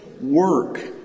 work